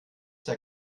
der